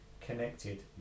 connected